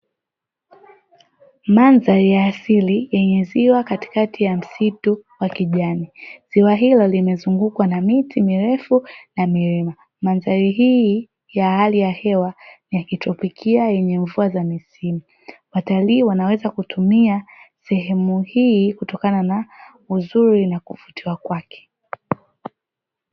Mandhari ya asili yenye ziwa katikati ya msitu wa kijani, ziwa hilo limezungukwa na miti mirefu na milima, mandhari hii ya hali ya hewa ya kitropikia yenye mvua za misimu; watalii wanaweza kutumia sehemu hii kutokana na uzuri na kuvutia kwake.